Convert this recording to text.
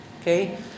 Okay